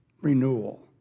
renewal